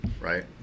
Right